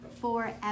forever